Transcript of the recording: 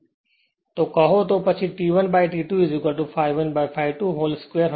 કહો તો પછી T1 by T2 ∅1 by ∅2 whole square હશે